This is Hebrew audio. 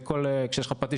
כשיש לך פטיש,